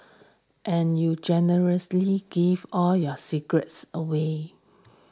and you generously give all your secrets away